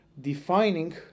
defining